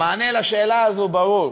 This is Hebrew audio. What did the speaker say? המענה על השאלה הזו ברור,